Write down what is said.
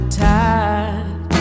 tide